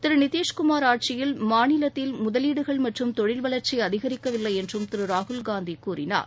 திரு நிதிஷ்குமார் ஆட்சியில் மாநிலத்தில் முதலீடுகள் மற்றும் தொழில் வளர்ச்சி அதிகரிக்கவில்லை என்றும் திரு ராகுல்காந்தி கூறினார்